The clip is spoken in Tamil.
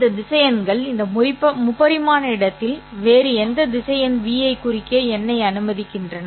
இந்த திசையன்கள் இந்த முப்பரிமாண இடத்தில் வேறு எந்த திசையன் ́v ஐ குறிக்க என்னை அனுமதிக்கின்றன